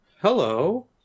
Hello